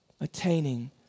attaining